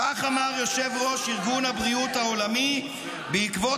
כך אמר יושב-ראש ארגון הבריאות העולמי בעקבות